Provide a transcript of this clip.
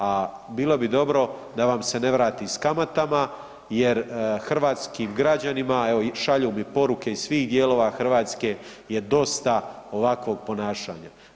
A bilo bi dobro da vam se ne vrati s kamatama jer hrvatskim građanima, evo šalju mi poruke iz svih dijelova Hrvatske je dosta ovakvog ponašanja.